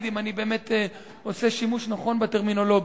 אם אני באמת עושה שימוש נכון בטרמינולוגיה,